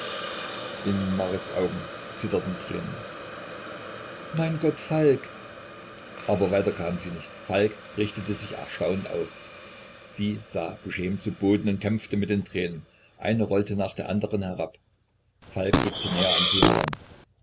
in marits augen zitterten tränen mein gott falk aber weiter kam sie nicht falk richtete sich erstaunt auf sie sah beschämt zu boden und kämpfte mit den tränen eine rollte nach der andern herab falk rückte näher an sie heran